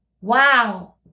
Wow